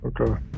Okay